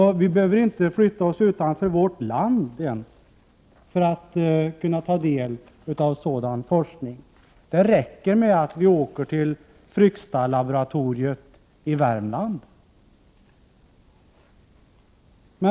Vi behöver inte ens gå utanför vårt land för att kunna ta del av sådan forskning. Det räcker med att åka till Frykstalaboratoriet i Värmland.